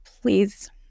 please